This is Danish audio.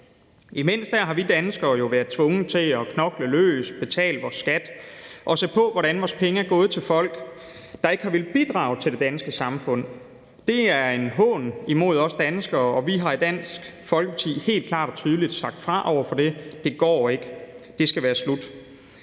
Imens har vi danskere jo været tvunget til at knokle løs og betale vores skat og set på, hvordan vores penge er gået til folk, der ikke har villet bidrage til det danske samfund. Det er en hån imod os danskere, og vi har i Dansk Folkeparti helt klart og tydeligt sagt fra over for det. Det går ikke, og det skal være slut.